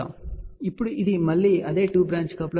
ఇప్పుడు ఇది మళ్ళీ అదే టు బ్రాంచ్ కప్లర్